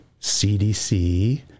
CDC